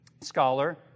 scholar